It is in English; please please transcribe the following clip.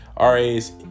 ras